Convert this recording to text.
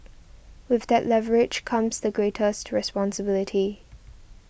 with that leverage comes the greatest responsibility